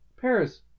Paris